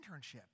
internship